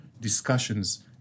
discussions